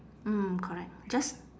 mm correct just